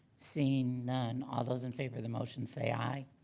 seeing none, all those in favor of the motion say aye.